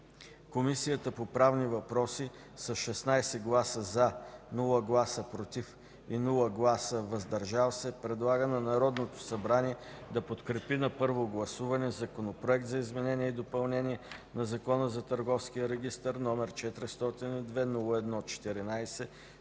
Комисията по правни въпроси с 16 гласа „за”, без „против” и „въздържали се”, предлага на Народното събрание да подкрепи на първо гласуване Законопроект за изменение и допълнение на Закона за Търговския регистър, № 402-01-14,